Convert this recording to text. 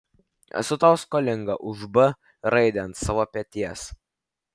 esu tau skolingas už b raidę ant savo peties